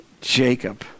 Jacob